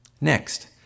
Next